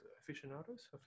aficionados